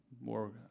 more